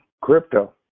Crypto